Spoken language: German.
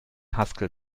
haskell